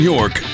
York